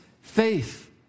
faith